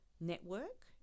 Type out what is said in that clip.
network